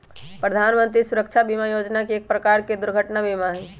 प्रधान मंत्री सुरक्षा बीमा योजना एक प्रकार के दुर्घटना बीमा हई